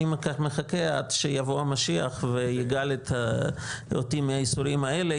אני מחכה עד שיבוא המשיח ויגאל אותי מהייסורים האלה,